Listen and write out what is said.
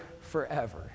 forever